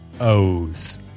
o's